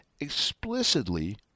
explicitly